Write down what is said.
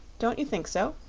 don't you think so?